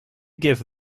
give